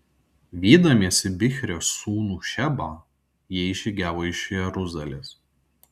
vydamiesi bichrio sūnų šebą jie išžygiavo iš jeruzalės